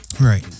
right